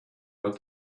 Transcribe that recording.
but